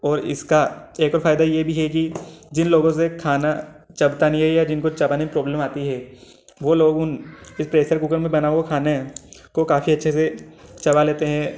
और इसका एक और फ़ायदा यह भी है कि जिन लोगों से खाना चबता नहीं है या जिनको चबाने में प्रॉब्लम आती है वे लोग उन इस प्रेसर कुकर में बने हुए खाने को काफ़ी अच्छे से चबा लेते हैं